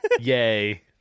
Yay